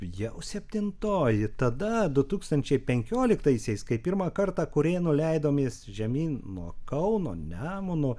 jau septintoji tada du tūkstančiai penkioliktaisiais kai pirmą kartą kurėnu leidomės žemyn nuo kauno nemunu